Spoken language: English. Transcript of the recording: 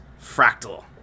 fractal